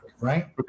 right